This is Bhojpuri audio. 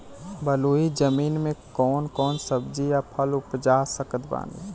बलुई जमीन मे कौन कौन सब्जी या फल उपजा सकत बानी?